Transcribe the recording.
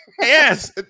Yes